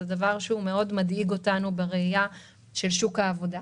זה דבר שמדאיג אותנו מאוד בראייה של שוק העבודה.